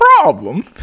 problem